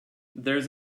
there’s